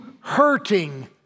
hurting